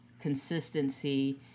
consistency